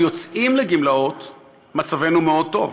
כשאנחנו יוצאים לגמלאות מצבנו מאוד טוב,